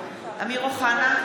בעד אמיר אוחנה,